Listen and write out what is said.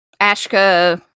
Ashka